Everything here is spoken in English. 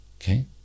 Okay